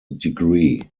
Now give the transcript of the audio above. degree